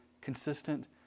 consistent